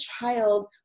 child